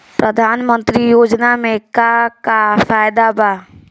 प्रधानमंत्री योजना मे का का फायदा बा?